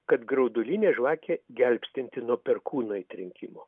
kad graudulinė žvakė gelbstinti nuo perkūno įtrenkimo